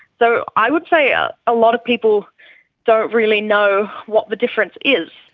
so i would say a ah lot of people don't really know what the difference is.